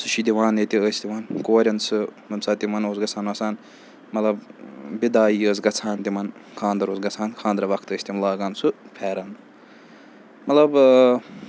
سُہ چھِ دِوان ییٚتہِ ٲسۍ تِمَن کورٮ۪ن سُہ ییٚمہِ ساتہٕ تِمَن اوس گژھان آسان مطلب بِدایی ٲس گَژھان تِمَن خاندَر اوس گژھان خاندٕرٕ وَقتہٕ ٲسۍ تِم لاگان سُہ پھٮ۪رَن مطلب